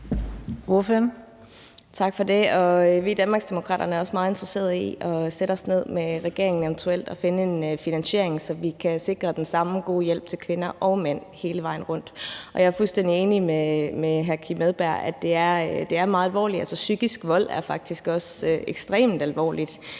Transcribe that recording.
Vi i Danmarksdemokraterne er også meget interesseret i at sætte os ned med regeringen eventuelt og finde en finansiering, så vi kan sikre den samme gode hjælp til kvinder og mænd hele vejen rundt. Jeg er fuldstændig enig med hr. Kim Edberg Andersen i, at det er meget alvorligt.